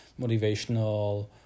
motivational